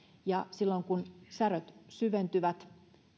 silloin kun säröt syventyvät